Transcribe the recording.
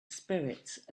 spirits